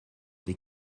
des